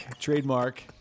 trademark